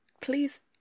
please